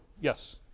Yes